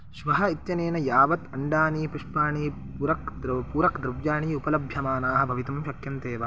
श्वः इत्यनेन यावत् अण्डानि पुष्पाणि पूरकं पूरकद्रव्याणि उपलभ्यमानाः भवितुं शक्यन्ते वा